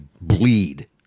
bleed